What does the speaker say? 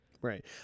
Right